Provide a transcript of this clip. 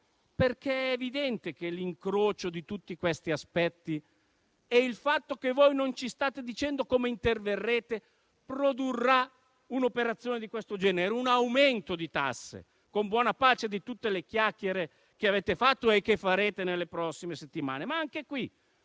perché è evidente che l'incrocio di tutti questi aspetti e il fatto che voi non ci state dicendo come interverrete produrrà un'operazione di questo genere, cioè un aumento di tasse, con buona pace di tutte le chiacchiere che avete fatto e che farete nelle prossime settimane. Anche a